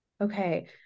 Okay